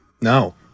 No